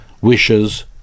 wishes